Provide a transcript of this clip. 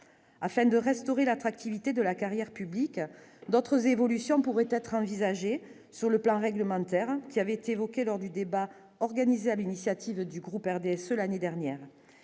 afin de restaurer l'attractivité de la carrière publique d'autres évolutions pourraient être envisagées sur le plan réglementaire qui avait été évoqué lors du débat organisé à l'initiative du groupe RDSE l'année dernière,